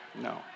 No